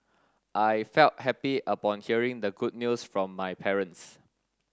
I felt happy upon hearing the good news from my parents